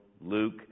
Luke